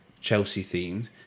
Chelsea-themed